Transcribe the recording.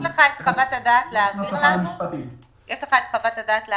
יש לך להעביר לנו את חוות הדעת?